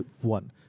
one